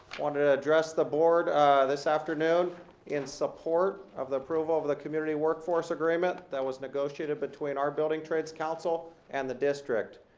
wanted to address the board this afternoon in support of the approval of the community workforce agreement that was negotiated between our building trades council and the district.